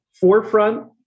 forefront